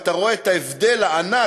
ואתה רואה את ההבדל הענק